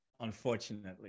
Unfortunately